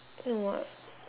no [what]